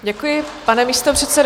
Děkuji, pane místopředsedo.